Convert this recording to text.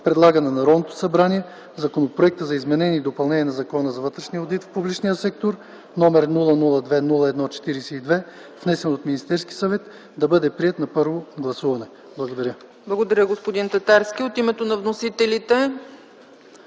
предлага на Народното събрание Законопроект за изменение и допълнение на Закона за вътрешния одит в публичния сектор, № 002-01-42, внесен от Министерския съвет, да бъде приет на първо гласуване.” Благодаря. ПРЕДСЕДАТЕЛ ЦЕЦКА ЦАЧЕВА: Благодаря, господин Татарски. От името на вносителите